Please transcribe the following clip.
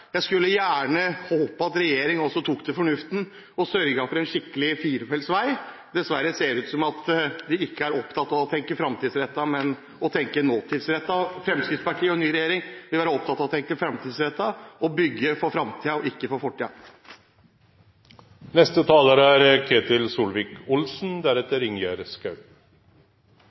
Jeg skulle gjerne håpe at regjeringen også tok til fornuften og sørget for en skikkelig firefelts vei. Dessverre ser det ut til at de ikke er opptatt av å tenke fremtidsrettet, men å tenke nåtidsrettet. Fremskrittspartiet og en ny regjering vil være opptatt av å tenke fremtidsrettet og bygge for fremtiden, ikke for